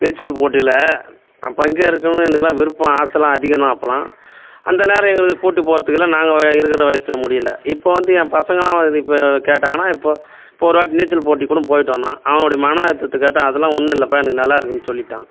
நீச்சல் போட்டியில் நான் பங்கேற்கணுன்னு எனக்கெல்லாம் விருப்பம் ஆசைல்லாம் அதிகம் தான் அப்போல்லாம் அந்த நேரம் எங்களுக்கு கூட்டி போகிறத்துகெல்லாம் நாங்கள் இருக்கிற வயசில் முடியல இப்போ வந்து என் பசங்கள்லாம் இது இப்போது கேட்டாங்கனால் இப்போ இப்போ ஒருவாட்டி நீச்சல் போட்டிக்குக் கூட போயிட்டு வந்தான் அவனுடைய மனஅழுத்தத்த கேட்டேன் அதெல்லாம் ஒன்றும் இல்லை அப்பா எனக்கு நல்லா இருக்குன்னு சொல்லிவிட்டான்